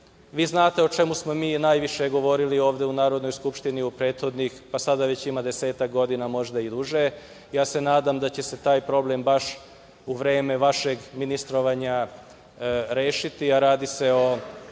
Vi znate o čemu smo mi najviše govorili ovde u Narodnoj skupštini u prethodnih pa sada ima već 10 godina, možda i duže. Nadam se da će se taj problem baš u vreme vašeg ministrovanja rešiti, a radi se o